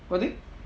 what thing